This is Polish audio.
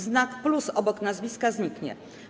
Znak „plus” obok nazwiska zniknie.